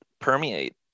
permeate